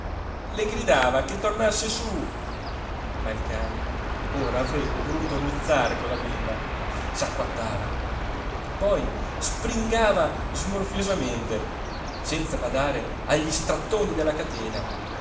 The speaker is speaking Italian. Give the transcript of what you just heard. le gridava che tornasse su ma il cane ora avrebbe voluto ruzzare con la bimba s'acquattava poi springava smorfiosamente senza badare agli strattoni della catena